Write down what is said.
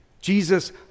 Jesus